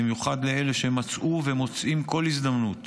במיוחד לאלה שמצאו ומוצאים כל הזדמנות